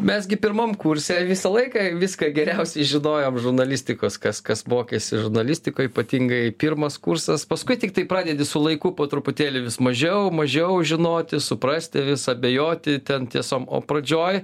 mes gi pirmam kurse visą laiką viską geriausiai žinojom žurnalistikos kas kas mokėsi žurnalistikoj ypatingai pirmas kursas paskui tiktai pradedi su laiku po truputėlį vis mažiau mažiau žinoti suprasti vis abejoti ten tiesom o pradžioje